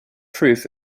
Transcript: proof